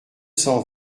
cent